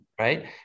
Right